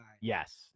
Yes